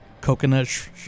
coconut